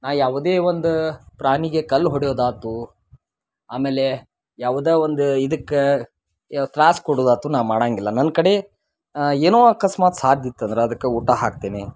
ನಾನು ಯಾವುದೇ ಒಂದು ಪ್ರಾಣಿಗೆ ಕಲ್ಲು ಹೊಡೆಯೊದಾಯ್ತು ಆಮೇಲೆ ಯಾವ್ದೇ ಒಂದು ಇದಕ್ಕೆ ಯಾವ ತ್ರಾಸು ಕೊಡೋದಾಯ್ತು ನಾನು ಮಾಡೋಂಗಿಲ್ಲ ನನ್ನ ಕಡೆ ಏನೋ ಅಕಸ್ಮಾತ್ ಸಾದ್ ಇತ್ತಂದ್ರೆ ಅದಕ್ಕೆ ಊಟ ಹಾಕ್ತೀನಿ